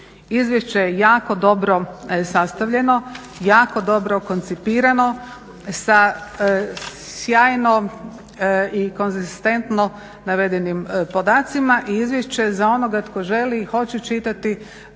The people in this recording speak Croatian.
izvješće je jako dobro sastavljeno, jako dobro koncipirano sa sjajno i konzistentno navedenim podacima. I izvješće je za onoga tko želi i hoće čitati